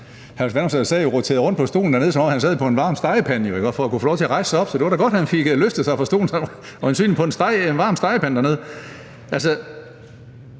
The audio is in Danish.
sad jo og roterede rundt på stolen dernede, som om han sad på en varm stegepande, for at kunne få lov til at rejse sig op. Så det var da godt, at han fik løftet sig fra stolen, som øjensynlig var som en varm stegepande dernede. Jeg